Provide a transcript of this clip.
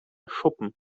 schuppen